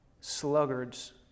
sluggards